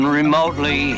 remotely